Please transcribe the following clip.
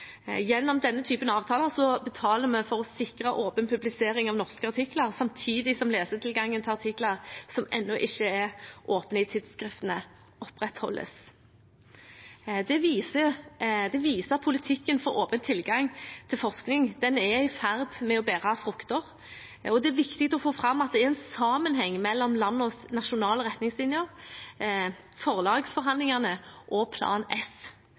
Gjennom denne typen avtaler betaler vi for å sikre åpen publisering av norske artikler, samtidig som lesetilgangen til artikler som ennå ikke er åpne i tidsskriftene, opprettholdes. Dette viser at politikken for åpen tilgang til forskning er i ferd med å bære frukter. Det er viktig å få fram at det er sammenheng mellom landenes nasjonale retningslinjer, forlagsforhandlingene og Plan S.